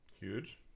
Huge